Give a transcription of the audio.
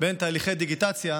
בין תהליכי דיגיטציה,